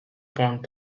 pond